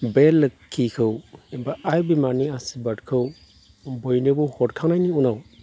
बे लोक्षिखौ एबा आइ बिमानि आसिरबादखौ बयनोबो हरखांनायनि उनाव